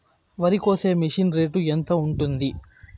వరికోసే machine rate ఎంత ఉంటుంది?